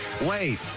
wait